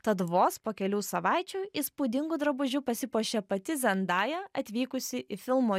tad vos po kelių savaičių įspūdingu drabužiu pasipuošė pati zendaja atvykusi į filmo